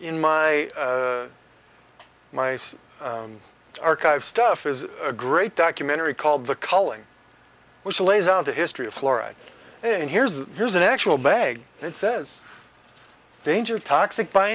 in my my archive stuff is a great documentary called the culling which lays out the history of florida and here's here's an actual bag and it says danger toxic by